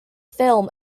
film